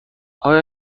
آیا